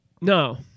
No